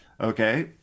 Okay